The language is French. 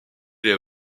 les